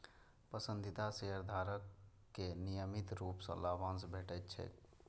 पसंदीदा शेयरधारक कें नियमित रूप सं लाभांश भेटैत छैक